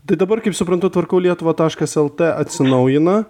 tai dabar kaip suprantu tvarkau lietuvą tašas lt atsinaujina